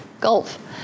golf